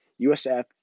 USF